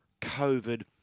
COVID